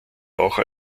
auch